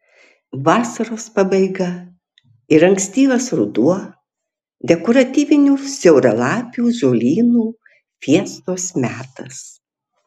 vasaros pabaiga ir ankstyvas ruduo dekoratyvinių siauralapių žolynų fiestos metas